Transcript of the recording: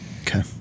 Okay